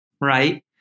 right